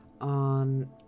on